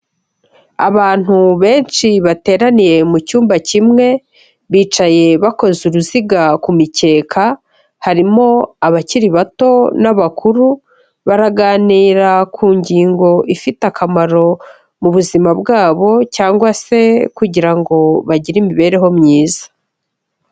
Abantu benshi bateraniye mu cyumba kimwe, bicaye bakoze uruziga ku mikeka, harimo abakiri bato n'abakuru, baraganira ku ngingo ifite akamaro, mu buzima bwabo cyangwa se kugira ngo bagire imibereho myiza.